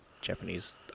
Japanese